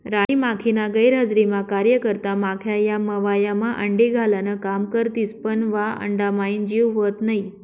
राणी माखीना गैरहजरीमा कार्यकर्ता माख्या या मव्हायमा अंडी घालान काम करथिस पन वा अंडाम्हाईन जीव व्हत नै